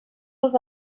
dels